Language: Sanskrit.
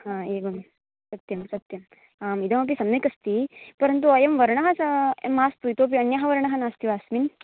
आम् एवं सत्यं सत्यं आम् इदमपि सम्यक् अस्ति परन्तु अयं वर्णः मास्तु इतोऽपि अन्यः वर्णः नास्ति वा अस्मिन्